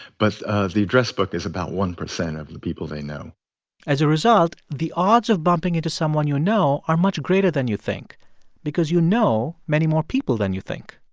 but the address book is about one percent of the people they know as a result, the odds of bumping into someone you know are much greater than you think because you know many more people than you think